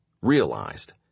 realized